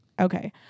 Okay